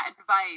advice